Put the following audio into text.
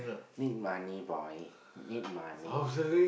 need money boy need money